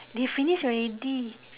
they finish already